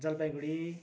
Jalpaiguri